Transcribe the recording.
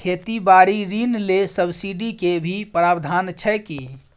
खेती बारी ऋण ले सब्सिडी के भी प्रावधान छै कि?